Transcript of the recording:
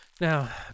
Now